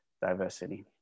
diversity